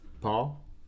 paul